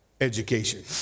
education